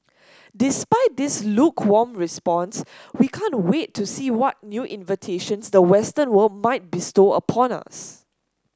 despite this lukewarm response we can't wait to see what new inventions the western world might bestow upon us